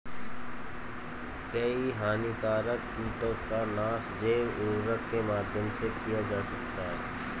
कई हानिकारक कीटों का नाश जैव उर्वरक के माध्यम से किया जा सकता है